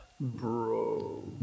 bro